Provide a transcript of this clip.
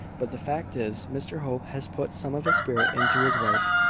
but the fact is, mr hope has put some of his spirit into his wife,